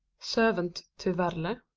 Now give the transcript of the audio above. servant to werle.